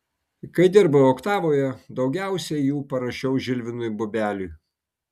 kai dirbau oktavoje daugiausiai jų parašiau žilvinui bubeliui